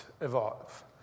evolve